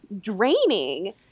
draining